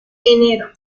enero